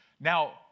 Now